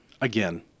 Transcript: Again